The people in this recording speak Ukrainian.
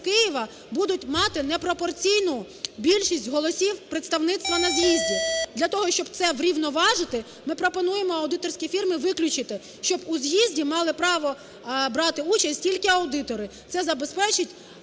Києва будуть мати непропорційну більшість голосів представництва на з'їзді. Для того, щоб це врівноважити, ми пропонуємо аудиторські фірми виключити, щоб у з'їзді мали право брати участь тільки аудитори. Це забезпечить